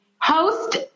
host